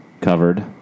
covered